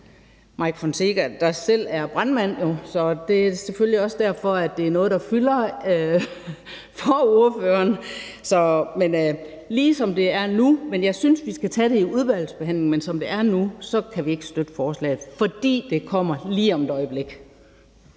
Mike Fonseca, der jo selv er brandmand, og det er selvfølgelig også derfor, det er noget, der fylder for ordføreren. Jeg synes, vi skal tage det i udvalgsbehandlingen, men som det er nu, kan vi ikke støtte forslaget – fordi det kommer lige om et øjeblik.